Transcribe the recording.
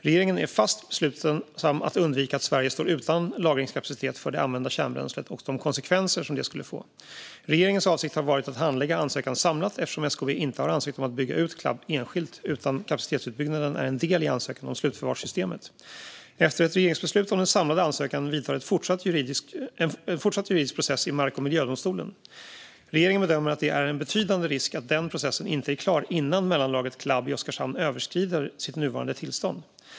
Regeringen är fast besluten att undvika att Sverige står utan lagringskapacitet för det använda kärnbränslet och de konsekvenser som det skulle få. Regeringens avsikt har varit att handlägga ansökan samlat eftersom SKB inte har ansökt om att bygga ut Clab enskilt utan kapacitetsutbyggnaden är en del i ansökan om slutförvarssystemet. Efter ett regeringsbeslut om den samlade ansökan vidtar en fortsatt juridisk process i mark och miljödomstolen. Regeringen bedömer att det är en betydande risk att den processen inte är klar innan mellanlagret Clab i Oskarshamn överskrider sitt nuvarande tillstånd.